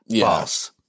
False